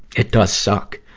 it does suck.